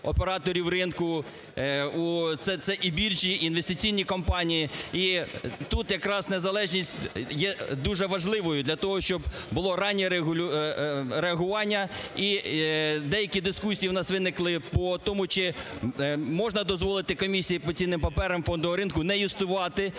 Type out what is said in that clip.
Операторів ринку це і більші інвестиційні компанії. І тут якраз незалежність є дуже важливою для того, щоб було раннє реагування . І деякі дискусії у нас виникли по тому чи можна дозволити Комісії по цінним паперам фондового ринку не юстувати